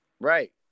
right